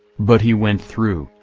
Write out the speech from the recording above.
but he went through,